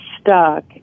stuck